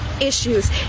issues